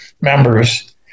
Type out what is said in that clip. members